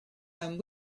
and